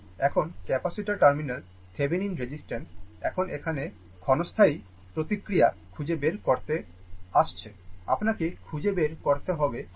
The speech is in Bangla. এখন ক্যাপাসিটার টার্মিনালের Thevenin রেসিস্ট্যান্স এখন এখানে ক্ষণস্থায়ী প্রতিক্রিয়া খুঁজে বের করতে এসেছে আপনাকে খুঁজে বের করতে হবে RThevenin